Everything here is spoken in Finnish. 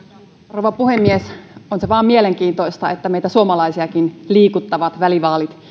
rouva puhemies on se vaan mielenkiintoista että meitä suomalaisiakin liikuttavat välivaalit